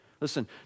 Listen